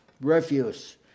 refuse